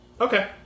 Okay